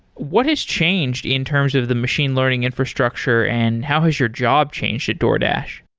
what has changed in terms of the machine learning infrastructure and how has your job changed at doordash?